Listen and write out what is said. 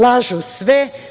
Lažu sve.